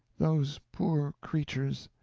those poor creatures!